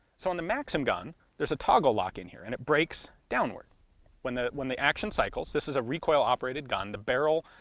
so on the maxim gun there's a toggle lock in here, and it breaks downward when the when the action cycles. this is a recoil operated gun, the barrel